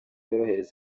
yorohereza